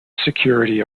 security